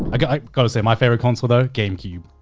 i gotta say, my favorite console though, gamecube.